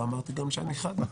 לא אמרתי גם שאני חד.